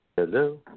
Hello